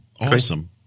Awesome